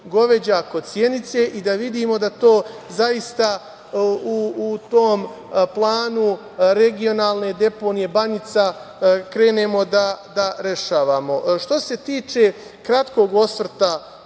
Goveđak kod Sjenice i da vidimo da to zaista u tom planu regionalne deponije Banjica krenemo da rešavamo. Što se tiče kratkog osvrta